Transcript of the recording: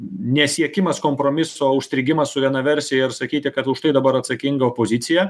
nesiekimas kompromiso užstrigimas su viena versija ir sakyti kad už tai dabar atsakinga opozicija